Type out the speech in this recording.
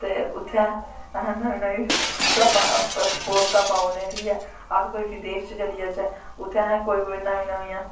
ते उत्थैं असैं नमीं नमीं ते अस पोस्टां पाई ओड़ने अस कोई बिदेश च चली जाच्चै उत्थैं असैं कोई नमीं नमीं ओह्